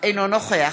אתה תעזוב, לא אנחנו.